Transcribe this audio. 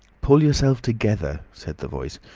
pull yourself together, said the voice,